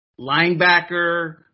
linebacker